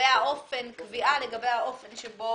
לגבי האופן שבו